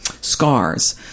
scars